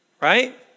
Right